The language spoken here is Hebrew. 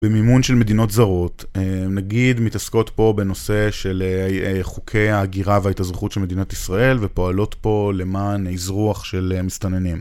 במימון של מדינות זרות, אהם נגיד מתעסקות פה בנושא של חוקי הגירה וההתאזרחות של מדינת ישראל ופועלות פה למען אזרוח של מסתננים.